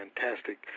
fantastic